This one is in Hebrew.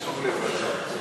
לבזות.